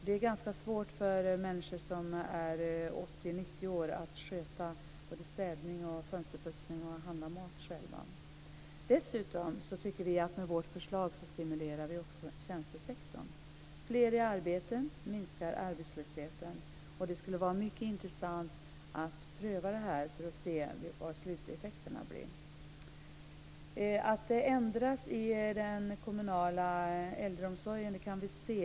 Det är ganska svårt för människor som är 80-90 år att sköta både städning och fönsterputsning och att handla mat själva. Dessutom tycker vi att med vårt förslag stimulerar vi också tjänstesektorn. Fler i arbete minskar arbetslösheten, och det skulle vara mycket intressant att pröva det här för att se vad sluteffekterna blir. Att det ändras i den kommunala äldreomsorgen kan vi se.